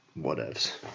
whatevs